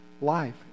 Life